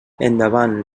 endavant